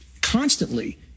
constantly